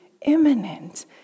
imminent